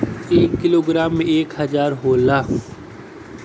एक किलोग्राम में एक हजार ग्राम होला